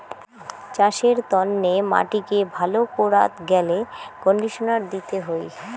চাসের তন্নে মাটিকে ভালো করাত গ্যালে কন্ডিশনার দিতে হই